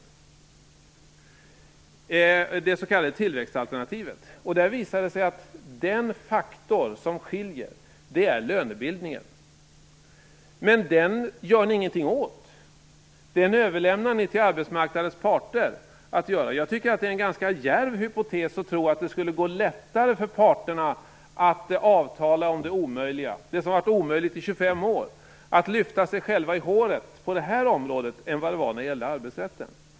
Det är det s.k. tillväxtalternativet. Där visar det sig att den faktor som skiljer är lönebildningen. Men den gör ni ingenting åt. Det överlämnar ni åt arbetsmarknadens parter att göra. Jag tycker att det är ganska djärvt att tro att det skulle gå lättare för parterna att sluta avtal om det här - det som har varit omöjligt i 25 år - att det skulle gå lättare att lyfta sig själva i håret på det här området än vad det har varit i fråga om arbetsrätten.